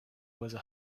wanted